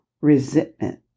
resentment